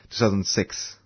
2006